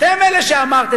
אתם אלה שאמרתם,